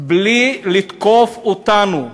בלי לתקוף אותנו,